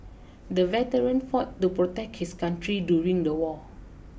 the veteran fought to protect his country during the war